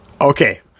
Okay